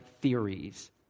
theories